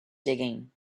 digging